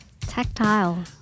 Tactile